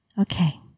Okay